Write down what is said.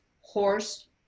horse